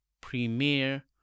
premiere